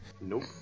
Nope